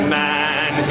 man